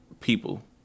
people